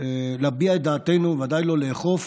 להביע את דעתנו, ודאי לא לאכוף